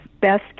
best